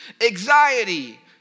anxiety